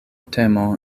temo